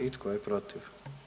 I tko je protiv?